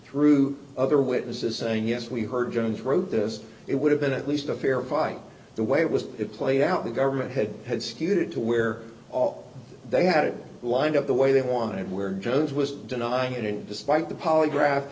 through other witnesses saying yes we heard jones wrote this it would have been at least a fair fight the way it was it played out the government had had skewed it to where all they had it lined up the way they wanted where jones was denying it and despite the polygraph